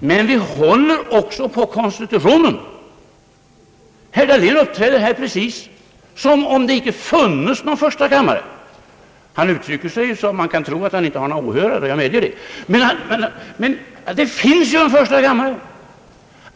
men vi håller också på konstitutionen. Herr Dahlén uppträdde här precis som om det icke funnes någon första kammare. Han uttryckte sig så att man kan tro att han inte hade några åhörare, jag medger det, men det finns ju en första kammare.